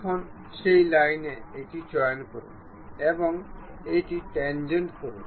এখন সেই লাইনে এটি চয়ন করুন এবং এটি ট্যান্জেন্ট করুন